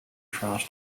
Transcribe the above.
tries